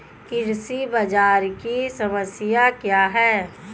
कृषि बाजार की समस्या क्या है?